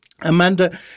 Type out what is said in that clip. Amanda